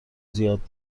زیاد